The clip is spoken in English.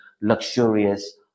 luxurious